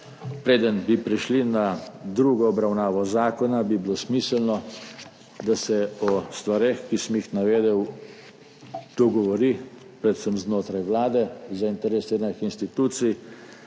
preden bi prešli na drugo obravnavo zakona, bi bilo smiselno, da se o stvareh, ki sem jih navedel, dogovori predvsem znotraj Vlade, zainteresiranih institucij